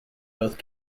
both